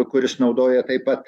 kuris naudoja taip pat